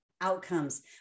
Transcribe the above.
outcomes